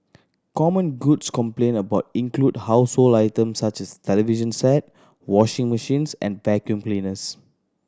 common goods complained about include household items such as television set washing machines and vacuum cleaners